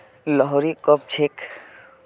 लोहड़ी कब छेक